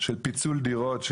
של פיצול דירות.